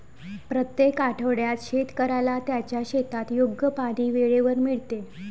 प्रत्येक आठवड्यात शेतकऱ्याला त्याच्या शेतात योग्य पाणी वेळेवर मिळते